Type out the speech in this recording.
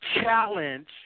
challenge